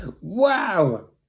Wow